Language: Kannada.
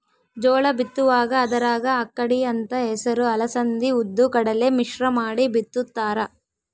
ಜೋಳ ಬಿತ್ತುವಾಗ ಅದರಾಗ ಅಕ್ಕಡಿ ಅಂತ ಹೆಸರು ಅಲಸಂದಿ ಉದ್ದು ಕಡಲೆ ಮಿಶ್ರ ಮಾಡಿ ಬಿತ್ತುತ್ತಾರ